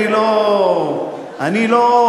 אני לא,